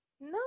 no